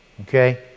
Okay